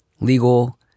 legal